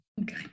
Okay